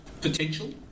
potential